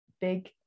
big